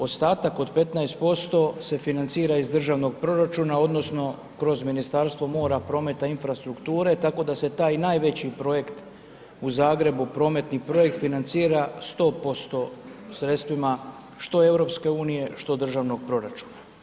Ostatak od 15% se financira iz državnog proračuna, odnosno, kroz Ministarstva mora, prometa i infrastrukture, tako da se taj najveći projekt u Zagrebu, prometni projekt financira 100% sredstvima što EU, što državnog proračuna.